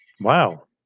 Wow